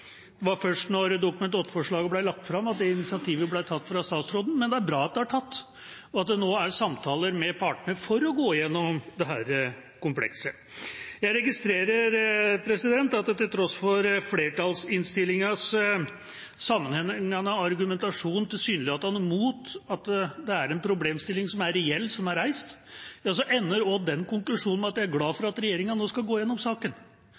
det var først da Dokument 8-forslaget ble lagt fram, at det initiativet ble tatt fra statsråden. Men det er bra at det er tatt, og at det nå er samtaler med partene for å gå gjennom dette komplekset. Jeg registrerer at til tross for flertallsinnstillingas sammenhengende argumentasjon tilsynelatende mot at det er en problemstilling som er reell som er reist, ender også den konklusjonen med – og det er jeg glad for – at regjeringa nå skal gå gjennom saken.